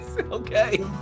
Okay